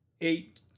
Eight